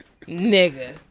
nigga